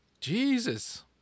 Jesus